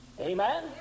Amen